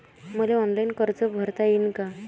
मले ऑनलाईन कर्ज भरता येईन का?